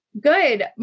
Good